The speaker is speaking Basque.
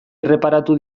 erreparatu